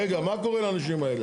רגע, מה קורה לאנשים האלה?